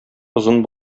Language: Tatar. озын